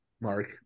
mark